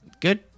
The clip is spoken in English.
good